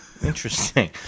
Interesting